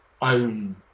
own